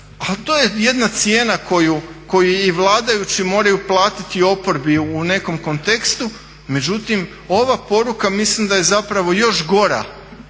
a to je jedna cijena koju i vladajući moraju platiti oporbu u nekom kontekstu, međutim ova poruka mislim da je zapravo još gora